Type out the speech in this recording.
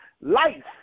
life